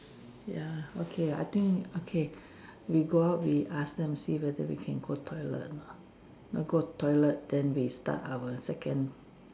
ya okay I think okay we go out we ask them see whether we can go toilet or not now go toilet then we start our second